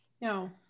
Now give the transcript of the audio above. No